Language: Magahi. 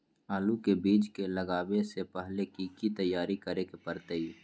आलू के बीज के लगाबे से पहिले की की तैयारी करे के परतई?